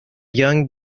young